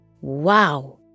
Wow